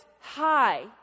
high